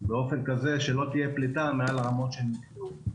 באופן כזה שלא תהיה פליטה מעל הרמות שנקבעו.